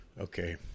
Okay